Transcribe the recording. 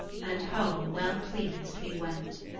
and home well-pleased we went.